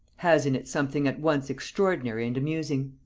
has in it something at once extraordinary and amusing.